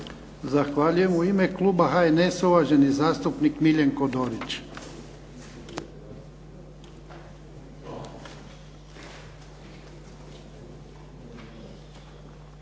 Zahvaljujem. U ime Kluba HNS-a uvaženi zastupnik Miljenko Dorić.